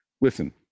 Listen